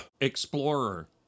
Explorer